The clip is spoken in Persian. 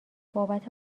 بابت